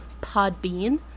Podbean